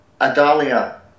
Adalia